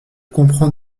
comprend